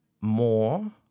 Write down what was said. more